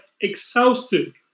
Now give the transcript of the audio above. exhausted